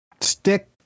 stick